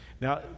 Now